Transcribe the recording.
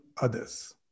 others